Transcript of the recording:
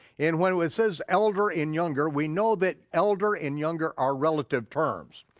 and when it it says elder and younger, we know that elder and younger are relative terms.